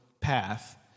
path